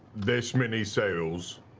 this many sails,